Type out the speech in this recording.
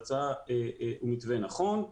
הוא מתווה נכון.